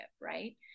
right